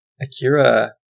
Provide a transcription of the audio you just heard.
Akira